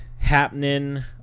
Happening